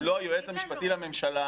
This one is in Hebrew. לא היועץ המשפטי לממשלה,